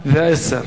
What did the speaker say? אם כן, ועדת הכלכלה.